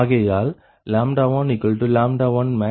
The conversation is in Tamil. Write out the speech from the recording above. ஆகையால் 1 1max0